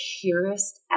purest